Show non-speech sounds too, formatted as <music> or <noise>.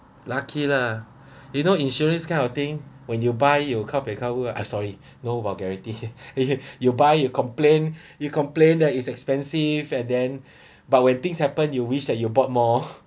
lucky lah you know insurance kind of thing when you buy you kao bei kao bo !oops! ah sorry no vulgarity <laughs> you buy you complain you complain that is expensive and then but when things happen you wish that you bought more